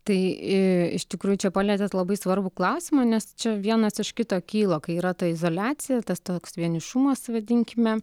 tai iš tikrųjų čia palietėt labai svarbų klausimą nes čia vienas iš kito kyla kai yra ta izoliacija tas toks vienišumas vadinkime